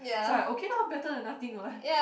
so I okay lor better than nothing [what]